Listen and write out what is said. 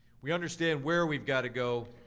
we understand where we've got to go,